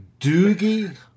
Doogie